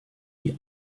wie